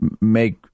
make